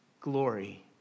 glory